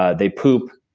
ah they poop,